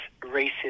racist